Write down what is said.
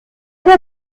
der